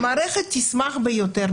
המערכת תשמח ביותר,